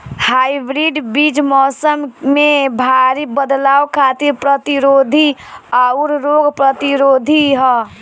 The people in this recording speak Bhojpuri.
हाइब्रिड बीज मौसम में भारी बदलाव खातिर प्रतिरोधी आउर रोग प्रतिरोधी ह